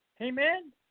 Amen